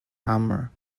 hammer